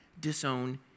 disown